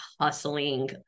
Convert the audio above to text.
hustling